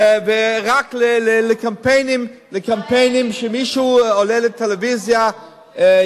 ורק לקמפיינים שמישהו עולה לטלוויזיה,